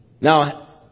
Now